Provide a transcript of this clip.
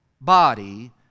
body